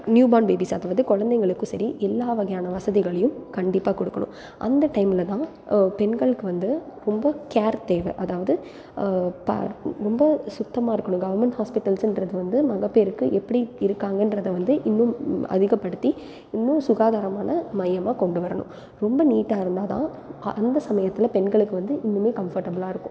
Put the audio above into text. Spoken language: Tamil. நியூ பார்ன் பேபிஸ் அதாவது குழந்தைகளுக்கும் சரி எல்லா வகையான வசதிகளையும் கண்டிப்பாக கொடுக்கணும் அந்த டைமில் தான் பெண்களுக்கு வந்து ரொம்ப கேர் தேவை அதாவது ரொம்ப சுத்தமாக இருக்கணும் கவர்மெண்ட் ஹாஸ்பிட்டல்ஸ்ன்றது வந்து மகப்பேறுக்கு எப்படி இருக்காங்கன்றதை வந்து இன்னும் அதிகப்படுத்தி இன்னும் சுகாதாரமான மையமாக கொண்டு வரணும் ரொம்ப நீட்டாக இருந்தால்தான் அந்த சமயத்தில் பெண்களுக்கு வந்து இன்னுமே கம்ஃபர்ட்டபுலாக இருக்கும்